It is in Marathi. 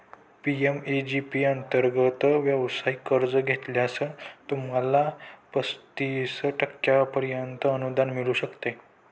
पी.एम.ई.जी पी अंतर्गत व्यवसाय कर्ज घेतल्यास, तुम्हाला पस्तीस टक्क्यांपर्यंत अनुदान मिळू शकते